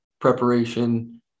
preparation